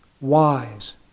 wise